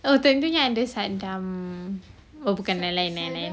oh time tu ada sadam oh bukan lain lain